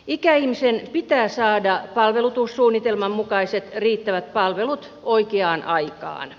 ikäihmisen pitää saada palvelusuunnitelman mukaiset riittävät palvelut oikeaan aikaan